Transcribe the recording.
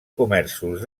comerços